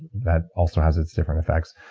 that also has its different effects,